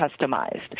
customized